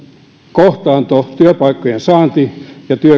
kohtaanto työpaikkojen saanti ja